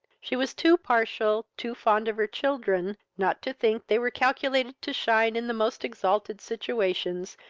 she was too partial, too fond of her children not to think they were calculated to shine in the most exalted situations,